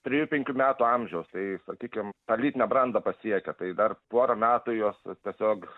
trijų penkių metų amžiaus tai sakykim tą lytinę brandą pasiekia tai dar porą metų jos tiesiog